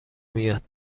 میاد